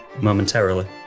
momentarily